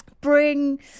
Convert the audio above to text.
bring